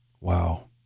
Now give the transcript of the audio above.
Wow